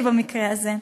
לא אצלי, במקרה הזה.